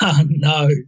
No